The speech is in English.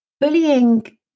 bullying